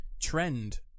trend